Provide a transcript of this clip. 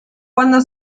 cuando